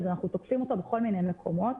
אנחנו תוקפים אותו בכל מיני מקומות,